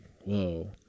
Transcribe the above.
Whoa